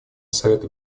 совета